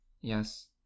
yes